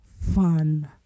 fun